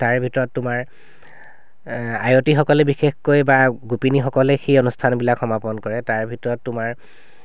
তাৰে ভিতৰত তোমাৰ আয়তীসকলে বিশেষকৈ বা গোপিনীসকলে সেই অনুষ্ঠানবিলাক সমাপন কৰে তাৰে ভিতৰত তোমাৰ